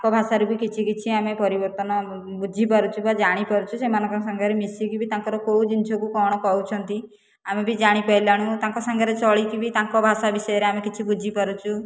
ତାଙ୍କ ଭାଷା ରେ ବି ଆମେ କିଛି କିଛି ପରିବର୍ତ୍ତନ ଆମେ ବୁଝିପାରୁଛୁ ବା ଜାଣିପାରୁଛୁ ସେମାନଙ୍କ ସାଙ୍ଗରେ ମିଶିକି ବି ତାଙ୍କର କେଉଁ ଜିନିଷକୁ କ'ଣ କହୁଛନ୍ତି ଆମେ ବି ଜାଣି ପାଇଲୁଣି ତାଙ୍କ ତାଙ୍କ ସହିତ ଚଳିକି ବି ତାଙ୍କ ଭାଷା ବିଷୟରେ ଆମେ କିଛି ବୁଝିପାରୁଛୁ